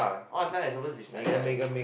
all the time I suppose to be studying I